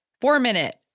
four-minute